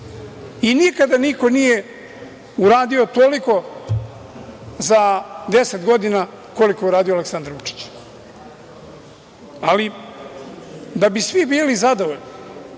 I nikada niko nije uradio toliko za 10 godina koliko je uradio Aleksandar Vučić, ali da bi svi bili zadovoljni,